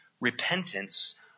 Repentance